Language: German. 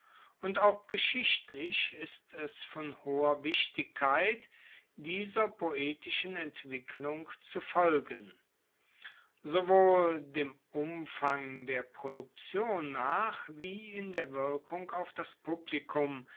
und auch geschichtlich ist es von hoher wichtigkeit dieser poetischen entwicklung zu folgen sowohl dem umfang der produktion nach wie in der wirkung auf das publikum